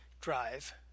drive